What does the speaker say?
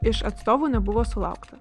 iš atstovų nebuvo sulaukta